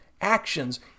actions